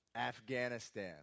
Afghanistan